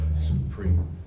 supreme